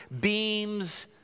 beams